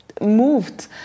moved